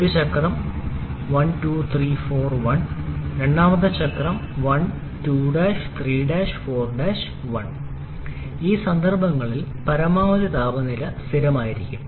ഒരു ചക്രം 1 2 3 4 1 രണ്ടാമത്തെ ചക്രം 1 2 3 4 1 ഈ സന്ദർഭങ്ങളിൽ പരമാവധി താപനില സ്ഥിരമായിരിക്കും